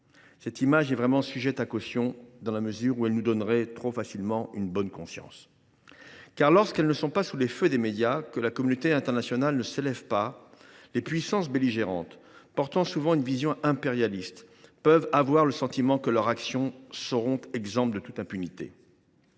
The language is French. Cette image est cependant sujette à caution, dans la mesure où elle nous donnerait trop facilement bonne conscience. En effet, lorsqu’elles ne sont pas sous le feu des médias et que la communauté internationale ne s’élève pas contre elles, les puissances belligérantes, portant souvent une vision impérialiste, peuvent avoir le sentiment que leurs actions se feront en toute impunité.